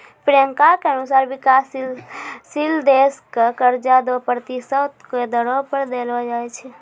प्रियंका के अनुसार विकाशशील देश क कर्जा दो प्रतिशत के दरो पर देलो जाय छै